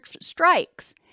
strikes